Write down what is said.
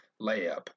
layup